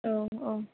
औ औ